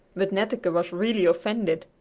but netteke was really offended.